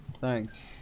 Thanks